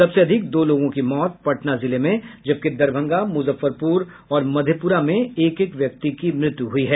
सबसे अधिक दो लोगों की मौत पटना जिले में जबकि दरभंगा मुजफ्फरपुर और मधेपुरा में एक एक व्यक्ति की मृत्यु हुई है